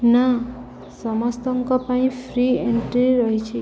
ନା ସମସ୍ତଙ୍କ ପାଇଁ ଫ୍ରି ଏଣ୍ଟ୍ରି ରହିଛି